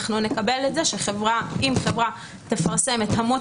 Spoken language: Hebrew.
אנחנו נקבל את זה אם חברה תפרסם את אמות